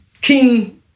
king